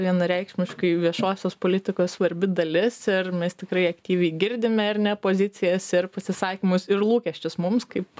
vienareikšmiškai viešosios politikos svarbi dalis ir mes tikrai aktyviai girdime ar ne pozicijas ir pasisakymus ir lūkesčius mums kaip